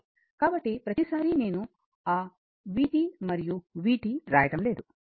కాబట్టి ప్రతిసారీ నేను ఆ vt మరియు vt వ్రాయడం లేదు